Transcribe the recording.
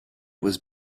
was